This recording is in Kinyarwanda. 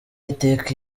iteka